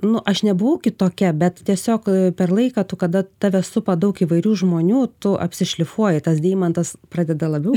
nu aš nebuvau kitokia bet tiesiog per laiką tu kada tave supa daug įvairių žmonių tu apsišlifuoji tas deimantas pradeda labiau